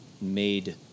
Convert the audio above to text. made